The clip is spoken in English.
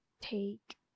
take